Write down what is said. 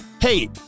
Hey